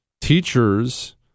Teachers